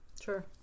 Sure